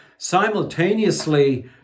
Simultaneously